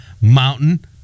Mountain